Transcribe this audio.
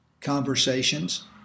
conversations